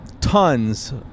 Tons